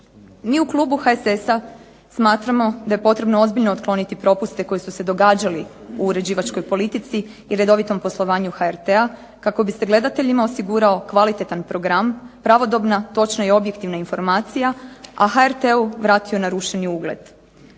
Mi u klubu HSS-a smatramo da je potrebno ozbiljno otkloniti propuste koji su se događali u uređivačkoj politici i redovitom poslovanju HRT-a kako bi se gledateljima osigurao kvalitetan program, pravodobna, točna i objektivna informacija, a HRT-u vratio narušeni ugled.